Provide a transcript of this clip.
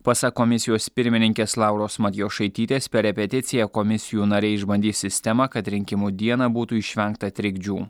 pasak komisijos pirmininkės lauros matjošaitytės per repeticiją komisijų nariai išbandys sistemą kad rinkimų dieną būtų išvengta trikdžių